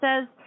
says